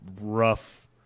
rough